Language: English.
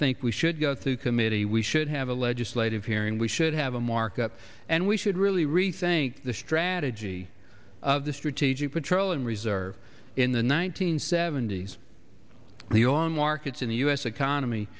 think we should go through committee we should have a legislative hearing we should have a markup and we should really rethink the strategy of the strategic petroleum reserve in the one nine hundred seventy s the on markets in the u s economy